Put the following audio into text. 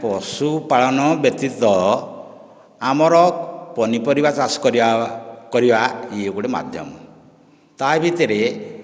ପଶୁପାଳନ ବ୍ୟତୀତ ଆମର ପନିପରିବା ଚାଷ କରିବା କରିବା ଇଏ ଗୋଟିଏ ମାଧ୍ୟମ ତା'ଭିତରେ